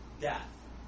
Death